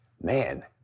man